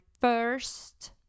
first